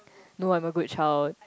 no I'm a good child